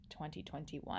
2021